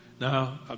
Now